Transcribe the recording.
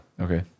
Okay